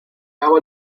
hago